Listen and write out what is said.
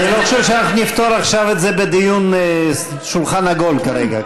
אני לא חושב שאנחנו נפתור את זה עכשיו בדיון שולחן עגול כרגע.